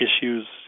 issues